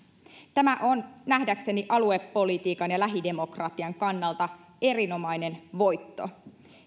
tämä ministeri kulmunin johdolla valmisteltu hallituksen esitys on nähdäkseni aluepolitiikan ja lähidemokratian kannalta erinomainen voitto